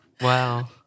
Wow